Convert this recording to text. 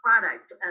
product